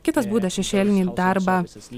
kitas būdas šešėlinį darbą